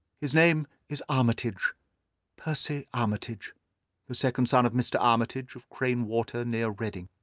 his name is armitage percy armitage the second son of mr. armitage, of crane water, near reading.